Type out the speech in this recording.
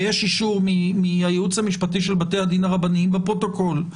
ויש אישור מהייעוץ המשפטי של בתי הדין הרבניים בפרוטוקול,